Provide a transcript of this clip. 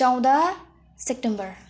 चौध सेप्टेम्बर